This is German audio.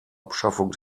abschaffung